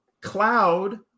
cloud